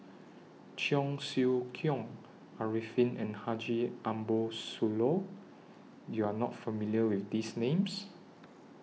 Cheong Siew Keong Arifin and Haji Ambo Sooloh YOU Are not familiar with These Names